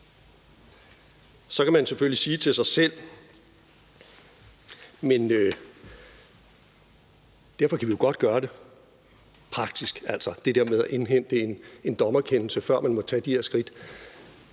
Så kan man selvfølgelig sige til sig selv: Vi kan godt gøre det praktisk, altså det der med at indhente en dommerkendelse, før man må tage de her skridt.